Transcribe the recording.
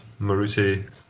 Maruti